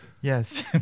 Yes